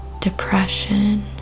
depression